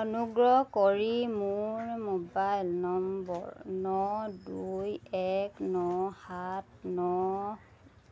অনুগ্ৰহ কৰি মোৰ মোবাইল নম্বৰ ন দুই এক ন সাত ন